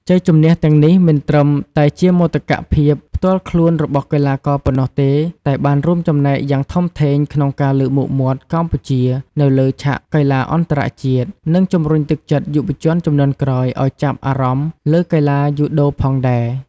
ជ័យជម្នះទាំងនេះមិនត្រឹមតែជាមោទកភាពផ្ទាល់ខ្លួនរបស់កីឡាករប៉ុណ្ណោះទេ តែបានរួមចំណែកយ៉ាងធំធេងក្នុងការលើកមុខមាត់កម្ពុជានៅលើឆាកកីឡាអន្តរជាតិ និងជំរុញទឹកចិត្តយុវជនជំនាន់ក្រោយឲ្យចាប់អារម្មណ៍លើកីឡាយូដូផងដែរ ។